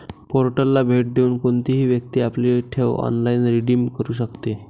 पोर्टलला भेट देऊन कोणतीही व्यक्ती आपली ठेव ऑनलाइन रिडीम करू शकते